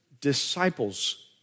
disciples